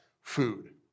food